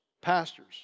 pastors